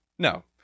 No